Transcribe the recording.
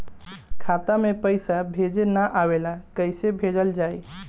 खाता में पईसा भेजे ना आवेला कईसे भेजल जाई?